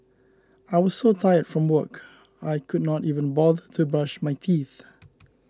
I was so tired from work I could not even bother to brush my teeth